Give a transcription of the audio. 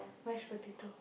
mash potato